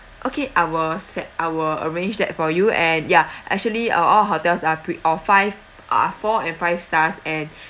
okay I will set I will arrange that for you and ya actually uh all hotels are pre~ all five are four and five stars and